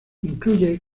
incluye